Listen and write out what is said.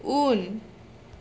उन